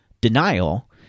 denial